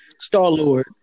Star-Lord